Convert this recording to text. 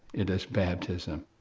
it is baptism.